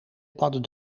padden